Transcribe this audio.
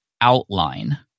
outline